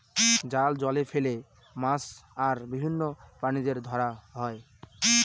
জাল জলে ফেলে মাছ আর বিভিন্ন প্রাণীদের ধরা হয়